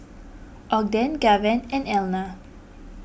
Ogden Gaven and Elna